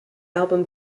album